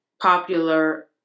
popular